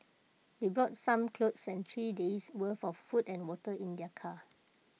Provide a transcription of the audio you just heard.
they brought some clothes and three days' worth of food and water in their car